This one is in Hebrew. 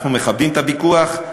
אנחנו מכבדים את הוויכוח,